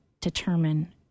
determine